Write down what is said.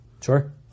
Sure